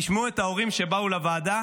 תשמעו את ההורים שבאו לוועדה